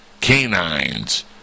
canines